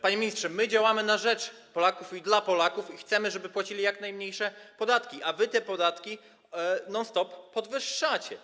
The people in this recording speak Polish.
Panie ministrze, my działamy na rzecz Polaków, dla Polaków i chcemy, żeby płacili oni jak najmniejsze podatki, a wy te podatki non stop podwyższacie.